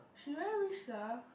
she very rich sia